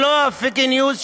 ולא הפייק ניוז,